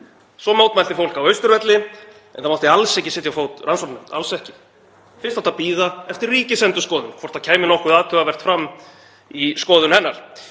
Svo mótmælti fólk á Austurvelli en það mátti alls ekki setja á fót rannsóknarnefnd, alls ekki. Fyrst átt að bíða eftir Ríkisendurskoðun, hvort það kæmi nokkuð athugavert fram í skoðun hennar.